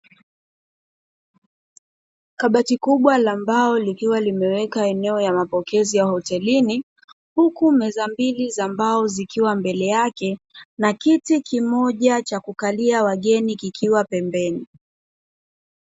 Kabati kubwa la mbao likiwa limeweka eneo ya mapokezi ya hotelini, huku meza mbili za mbao zikiwa mbele yake na kiti kimoja cha kukalia wageni kikiwa pembeni.